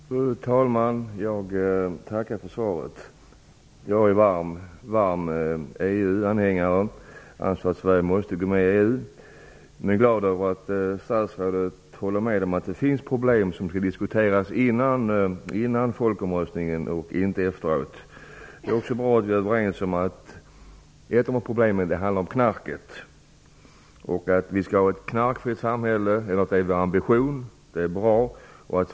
Fru talman! Jag tackar för svaret. Jag är en varm EU-anhängare. Jag anser att Sverige måste gå med i EU, men jag är glad över att statsrådet håller med mig om att det finns problem som skall diskuteras före folkomröstningen och inte efteråt. Det är också bra att vi är överens om att ett av problemen handlar om knarket. Det är bra att vår ambition är att vi skall ha ett knarkfritt samhälle.